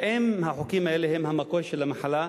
האם החוקים האלה הם המקור של המחלה,